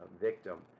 victim